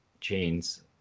chains